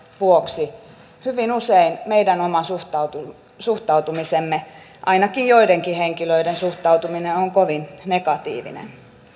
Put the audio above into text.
vuoksi hyvin usein meidän oma suhtautumisemme suhtautumisemme ainakin joidenkin henkilöiden suhtautuminen on kovin negatiivinen